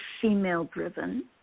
female-driven